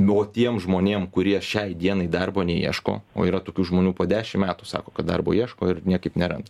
nu o tiem žmonėm kurie šiai dienai darbo neieško o yra tokių žmonių po dešim metų sako kad darbo ieško ir niekaip neranda